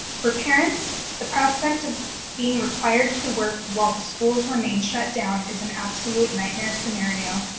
for parents, the prospect of being required to work while the schools remain shut down is an absolute nightmare scenario,